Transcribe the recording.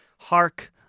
hark